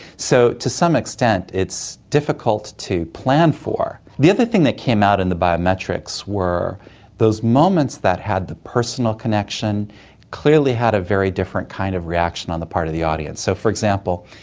so to some extent it's difficult to plan for. the other thing that came out in the biometrics were those moments that had the personal connection clearly had a very different kind of reaction on the part of the audience. so, for example,